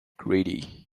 greedy